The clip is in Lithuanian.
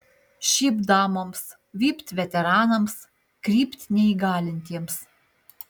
šypt damoms vypt veteranams krypt neįgalintiems